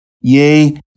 Yea